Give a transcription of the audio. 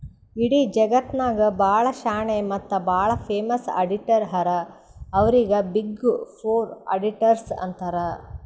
ಇಡೀ ಜಗತ್ನಾಗೆ ಭಾಳ ಶಾಣೆ ಮತ್ತ ಭಾಳ ಫೇಮಸ್ ಅಡಿಟರ್ ಹರಾ ಅವ್ರಿಗ ಬಿಗ್ ಫೋರ್ ಅಡಿಟರ್ಸ್ ಅಂತಾರ್